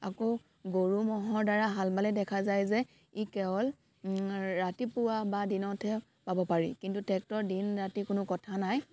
আকৌ গৰু ম'হৰদ্বাৰা হাল বালে দেখা যায় যে ই কেৱল ৰাতিপুৱা বা দিনতহে বাব পাৰি কিন্তু ট্ৰেক্টৰ দিন ৰাতি কোনো কথা নাই